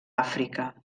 àfrica